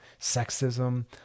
sexism